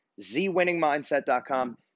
zwinningmindset.com